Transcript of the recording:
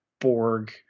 Borg